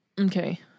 Okay